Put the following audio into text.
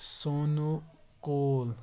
سونوٗ کول